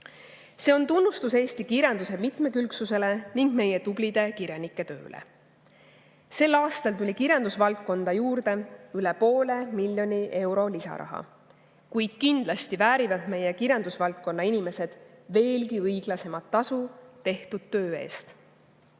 See on tunnustus eesti kirjanduse mitmekülgsusele ning meie tublide kirjanike tööle. Sel aastal tuli kirjandusvaldkonda juurde üle poole miljoni euro lisaraha, kuid kindlasti väärivad meie kirjandusvaldkonna inimesed veelgi õiglasemat tasu tehtud töö eest.